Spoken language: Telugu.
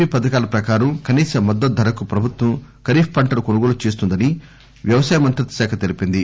పి పథకాల ప్రకారం కనీస మద్గతు ధరకు ప్రభుత్వం ఖరీఫ్ పంటలు కొనుగోలు చేస్తుందని వ్యవసాయ మంత్రిత్వ శాఖ తెలిపింది